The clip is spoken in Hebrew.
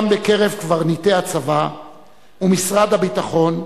גם בקרב קברניטי הצבא ומשרד הביטחון,